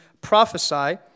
prophesy